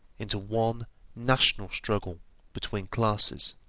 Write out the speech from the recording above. into one national struggle between classes.